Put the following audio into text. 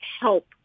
help